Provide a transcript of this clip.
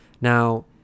Now